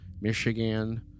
Michigan